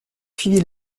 suivi